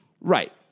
Right